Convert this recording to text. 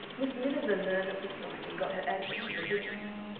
miss miniver learned of her flight and got her address from the widgetts.